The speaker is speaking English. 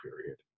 period